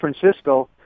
Francisco